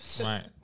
Right